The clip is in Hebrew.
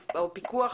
פיקוח,